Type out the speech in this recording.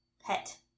pet